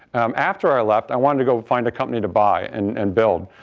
after i left, i wanted to go find a company to buy and and build.